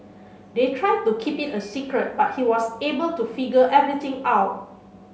they tried to keep it a secret but he was able to figure everything out